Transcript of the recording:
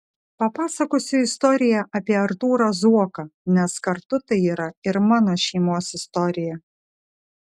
papasakosiu istoriją apie artūrą zuoką nes kartu tai yra ir mano šeimos istorija